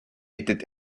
était